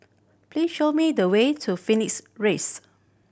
please show me the way to Phoenix raise